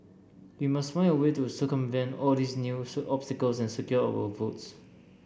we must find a way to circumvent all these new obstacles and secure our votes